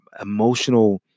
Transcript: emotional